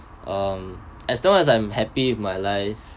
um as long as I'm happy with my life